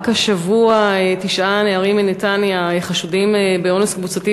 רק השבוע תשעה נערים מנתניה חשודים באונס קבוצתי